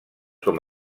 com